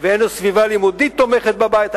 ואין לו סביבה לימודית תומכת בבית,